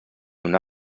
una